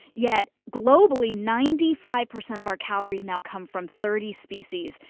yet globally, ninety five percent of our calories now come from thirty species.